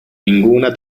ninguna